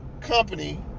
company